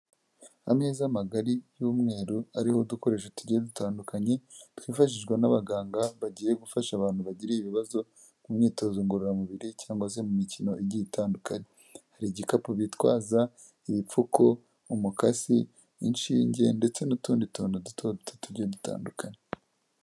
Ameza magari y'umweru ariho udukoresho tugiye dutandukanye, twifashijwe n'abaganga bagiye gufasha abantu bagiriye ibibazo ku myitozo ngororamubiri, cyangwa se mu mikino igiye itandukanye, hari igikapu bitwaza, ibipfuko, umukasi, inshinge ndetse n'utundi tuntu duto duto tugiye dutandukanye.